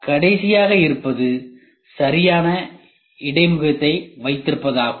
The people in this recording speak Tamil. கடைசியா இருப்பது சரியான இடைமுகத்தை வைத்திருப்பதாகும்